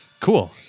Cool